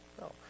no